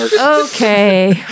Okay